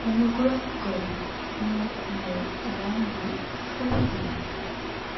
অনুগ্ৰহ কৰি মোক মোৰ এলাৰ্মবোৰ পঢ়ি দিয়া